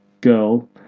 girl